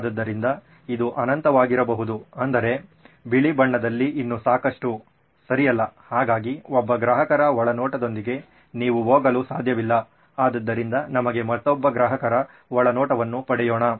ಆದ್ದರಿಂದ ಇದು ಅನಂತವಾಗಿರಬಹುದು ಅಂದರೆ ಬಿಳಿ ಬಣ್ಣದಲ್ಲಿ ಇನ್ನೂ ಸಾಕಷ್ಟು ಸರಿಯಲ್ಲ ಹಾಗಾಗಿ ಒಬ್ಬ ಗ್ರಾಹಕರ ಒಳನೋಟದೊಂದಿಗೆ ನೀವು ಹೋಗಲು ಸಾಧ್ಯವಿಲ್ಲ ಆದ್ದರಿಂದ ನಮಗೆ ಮತ್ತೊಬ್ಬ ಗ್ರಾಹಕರ ಒಳನೋಟವನ್ನು ಪಡೆಯೋಣ